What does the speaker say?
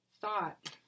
thought